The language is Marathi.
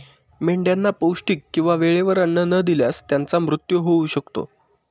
मेंढ्यांना पौष्टिक किंवा वेळेवर अन्न न दिल्यास त्यांचा मृत्यू होऊ शकतो